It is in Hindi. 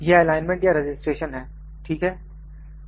यह एलाइनमेंट या रजिस्ट्रेशन है ठीक है